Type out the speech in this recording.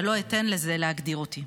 ולא אתן לזה להגדיר אותי".